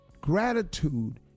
Gratitude